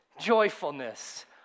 Joyfulness